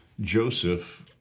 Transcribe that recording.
Joseph